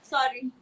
Sorry